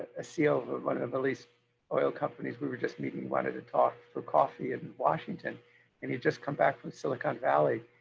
ah seal, one of the least oil companies. we were just meeting. wanted to talk for coffee in washington and he'd just come back from silicon valley.